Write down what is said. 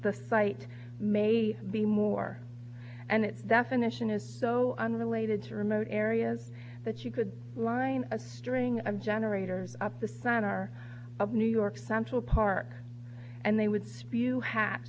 the site may be more and its definition is so unrelated to remote areas that you could line a string of generators up the center of new york central park and they would spew half